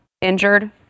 injured